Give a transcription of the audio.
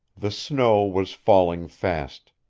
the snow was falling fast